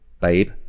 babe